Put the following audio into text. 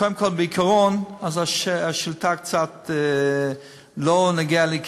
קודם כול, בעיקרון השאילתה קצת לא נוגעת לי כרגע,